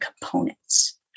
components